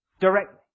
directly